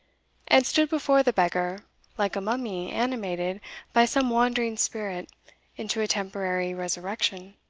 and stood before the beggar like a mummy animated by some wandering spirit into a temporary resurrection.